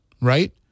right